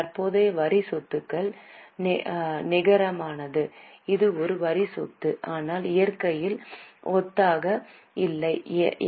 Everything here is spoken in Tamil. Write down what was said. தற்போதைய வரி சொத்துக்கள் நிகரமானது இது ஒரு வரி சொத்து ஆனால் இயற்கையில் ஒத்ததாக இல்லை என்